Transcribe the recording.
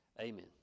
Amen